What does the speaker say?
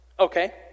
Okay